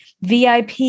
VIP